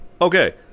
Okay